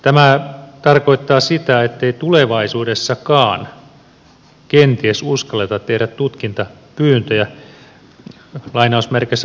tämä tarkoittaa sitä ettei tulevaisuudessakaan kenties uskalleta tehdä tutkintapyyntöjä